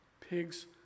Pigs